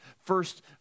first